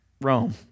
Rome